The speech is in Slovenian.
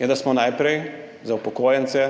je to, da smo najprej za upokojence,